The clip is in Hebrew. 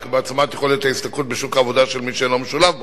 בהעצמת יכולת ההשתכרות בשוק העבודה של מי שאינו משולב בו.